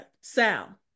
Sal